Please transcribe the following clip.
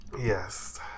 yes